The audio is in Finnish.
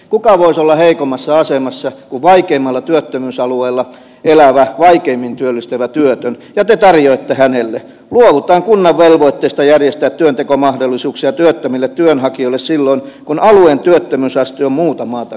kuka voisi olla heikommassa asemassa kuin vaikeimmalla työttömyysalueella elävä vaikeimmin työllistyvä työtön ja te tarjoatte hänelle että luovutaan kunnan velvoitteista järjestää työntekomahdollisuuksia työttömille työnhakijoille silloin kun alueen työttömyysaste on muuta maata korkeampi